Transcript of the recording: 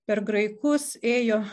per graikus ėjo